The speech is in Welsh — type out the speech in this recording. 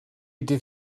dydd